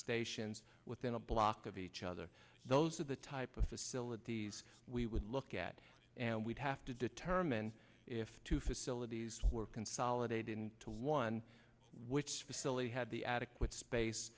stations within a block of each other those are the type of facilities we would look at and we'd have to determine if two facilities were consolidated into one which facility had the adequate space